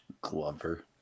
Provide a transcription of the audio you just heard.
Glover